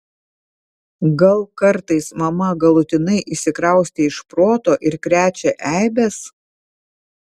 gal kartais mama galutinai išsikraustė iš proto ir krečia eibes